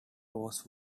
was